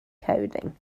coding